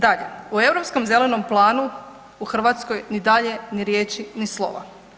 Dalje, o Europskom zelenom planu u Hrvatskoj ni dalje ni riječi ni slova.